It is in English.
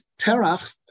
Terach